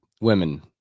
women